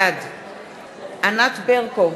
בעד ענת ברקו,